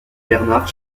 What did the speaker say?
bernard